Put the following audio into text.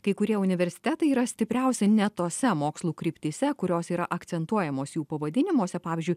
kai kurie universitetai yra stipriausi ne tose mokslų kryptyse kurios yra akcentuojamos jų pavadinimuose pavyzdžiui